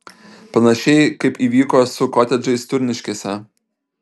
panašiai kaip įvyko su kotedžais turniškėse